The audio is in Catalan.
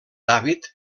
david